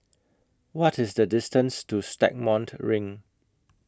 What IS The distance to Stagmont Ring